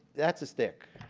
that's a stick.